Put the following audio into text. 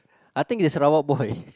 I think it's Sarawak boy